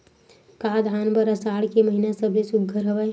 का धान बर आषाढ़ के महिना सबले सुघ्घर हवय?